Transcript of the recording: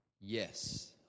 Yes